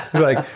like,